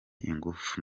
ingufu